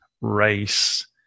race